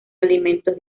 alimentos